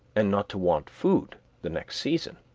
and not to want food the next season